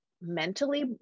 mentally